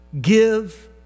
give